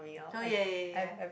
so ya ya ya ya ya